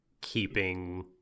keeping